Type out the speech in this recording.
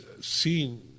seen